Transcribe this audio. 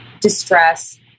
distress